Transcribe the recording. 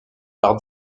par